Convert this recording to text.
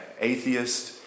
atheist